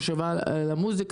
היא חשובה למוזיקה,